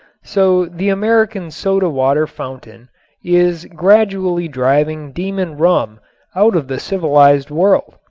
so the american soda-water fountain is gradually driving demon rum out of the civilized world.